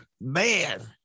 man